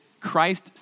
Christ